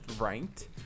ranked